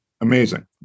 amazing